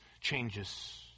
changes